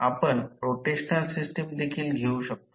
आपण rotational system देखील घेऊ शकतो